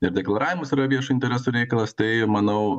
ir deklaravimas yra viešojo intereso reikalas tai manau